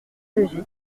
logique